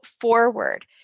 forward